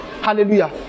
Hallelujah